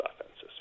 offenses